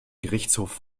gerichtshof